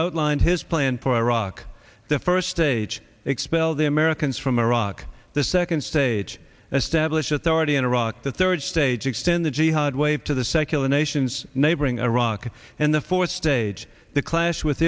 outlined his plan for iraq the first stage expel the americans from iraq the second stage as stablish authority in iraq the third stage extend the jihad wave to the secular nations neighboring iraq and the fourth stage the clash with